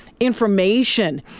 Information